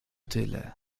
tyle